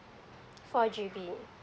four G_B